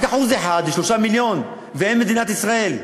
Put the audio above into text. רק 1% זה 3 מיליון, ואין מדינת ישראל.